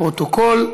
לפרוטוקול.